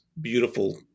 beautiful